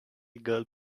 girl